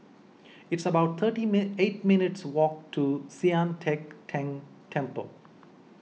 It's about thirty eight minutes' walk to Sian Teck Tng Temple